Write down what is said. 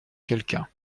quelqu’un